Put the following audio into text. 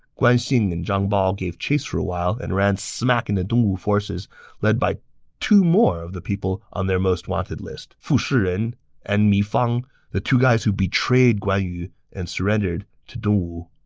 guan xing and zhang bao gave chase for a while and ran smack into dongwu forces led by two more of the people on their most wanted list fu shiren and mi fang the two guys who betrayed guan yu and surrendered to dongwu.